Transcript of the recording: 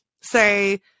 say